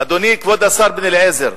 אדוני כבוד השר בן-אליעזר,